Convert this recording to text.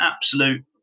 absolute